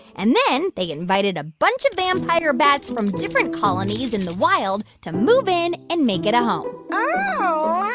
and then they invited a bunch of vampire bats from different colonies in the wild to move in and make it a home oh,